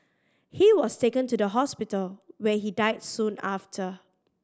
he was taken to the hospital where he died soon after